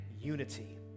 unity